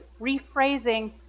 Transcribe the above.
rephrasing